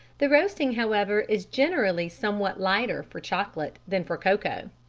the roasting, however, is generally somewhat lighter for chocolate than for cocoa.